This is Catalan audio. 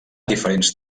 diferents